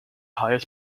highest